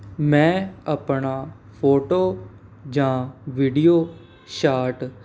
ਮੈਂ ਆਪਣਾ ਫੋਟੋ ਜਾਂ ਵੀਡੀਓ ਸ਼ਾਟ